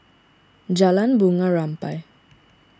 Jalan Bunga Rampai